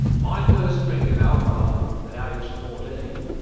my first drink of alcohol, at age fourteen,